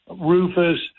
Rufus